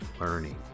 learning